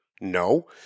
No